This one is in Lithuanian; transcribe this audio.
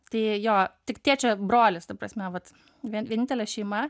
tai jo tik tėčio brolis ta prasme vat vienintelė šeima